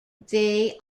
they